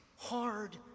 hard